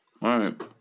right